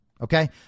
Okay